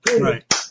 Right